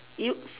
you